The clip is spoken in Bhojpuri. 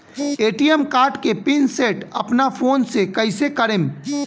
ए.टी.एम कार्ड के पिन सेट अपना फोन से कइसे करेम?